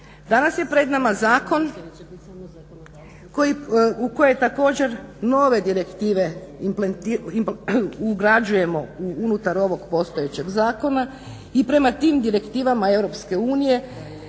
Danas je pred nama zakon u koji također nove direktive implementiramo, ugrađujemo unutar ovog postojećeg zakona i prema tim direktivama EU